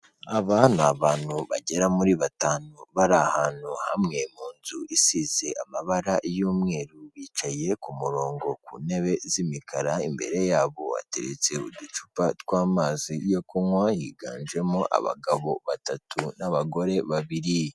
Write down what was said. Aba ni abantu bagera muri batanu bari ahantu hamwe mu nzu isize amabara y'umweru, bicaye ku murongo ku ntebe z'imikara, imbere yabo hateretse uducupa tw'amazi yo kunywa, higanjemo abagabo batatu n'abagore babiri.